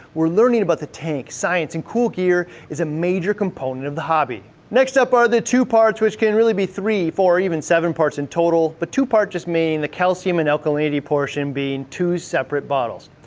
where learning about the tank science and cool gear is a major component of the hobby. next up are the two-parts which can really be three, four, or even seven parts in total, but two-part just meaning the calcium and alkalinity portion being two separate bottles.